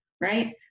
right